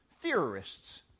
theorists